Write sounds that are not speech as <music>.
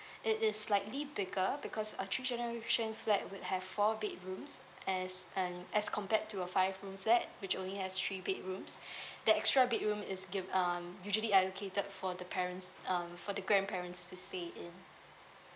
it is slightly bigger because a three generation flat would have four bedrooms as and as compared to a five room flat which only has three bedrooms <breath> the extra bedroom is give um usually allocated for the parents um for the grandparents to stay in